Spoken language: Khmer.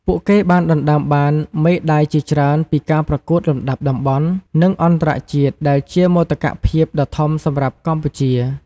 ពួកគេបានដណ្ដើមបានមេដាយជាច្រើនពីការប្រកួតលំដាប់តំបន់ និងអន្តរជាតិ ដែលជាមោទកភាពដ៏ធំសម្រាប់កម្ពុជា។